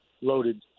Loaded